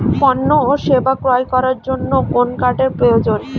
পণ্য ও সেবা ক্রয় করার জন্য কোন কার্ডের প্রয়োজন?